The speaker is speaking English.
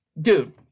Dude